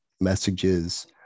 messages